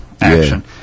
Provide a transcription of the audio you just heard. action